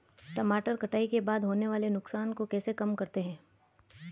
टमाटर कटाई के बाद होने वाले नुकसान को कैसे कम करते हैं?